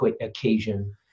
occasion